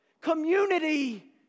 community